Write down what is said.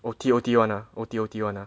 O_T O_T [one] ah O_T O_T [one] uh